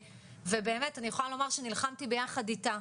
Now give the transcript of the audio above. ובאמת אני יכולה לומר נלחמתי ביחד איתה,